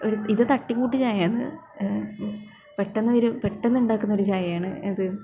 ഒരു ഇത് തട്ടികൂട്ട് ചായയാണ് മീൻസ് പെട്ടെന്ന് വരും പെട്ടെന്നുണ്ടാക്കുന്ന ഒരു ചായ ആണ് ഇത്